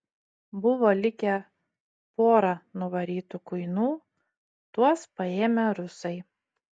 buvo likę pora nuvarytų kuinų tuos paėmę rusai